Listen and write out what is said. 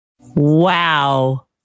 Wow